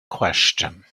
question